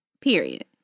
Period